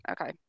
Okay